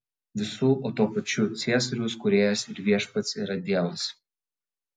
visų o tuo pačiu ciesoriaus kūrėjas ir viešpats yra dievas